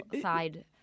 side